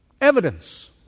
evidence